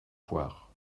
voir